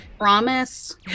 Promise